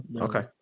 Okay